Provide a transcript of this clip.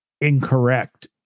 Incorrect